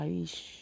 Aish